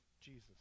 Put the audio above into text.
Jesus